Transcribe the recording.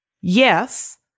Yes